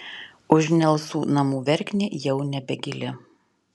už nelsų namų verknė jau nebegili